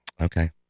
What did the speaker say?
Okay